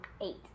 Eight